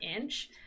inch